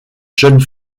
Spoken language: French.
jeune